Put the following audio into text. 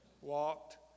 walked